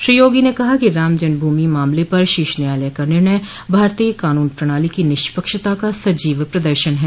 श्री योगी ने कहा कि रामजन्म भूमि मामले पर शीर्ष न्यायालय का निर्णय भारतीय कानून प्रणाली की निष्पक्षता का सजीव प्रदर्शन है